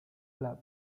club